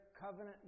covenant